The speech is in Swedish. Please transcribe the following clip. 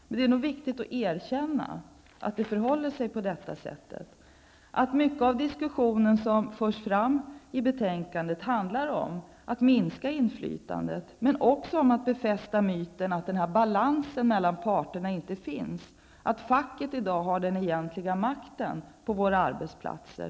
Men det är nog viktigt att erkänna att det förhåller sig på detta sätt, att mycket av det som förs fram i betänkandet handlar om att minska inflytandet men också om att befästa myten att den här balansen mellan parterna inte finns, att facket i dag har den egentliga makten på våra arbetsplatser.